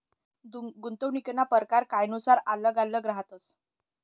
गुंतवणूकना परकार कायनुसार आल्लग आल्लग रहातस